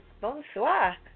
Bonsoir